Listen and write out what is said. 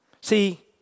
see